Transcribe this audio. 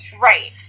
right